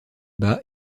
bas